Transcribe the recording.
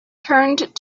turned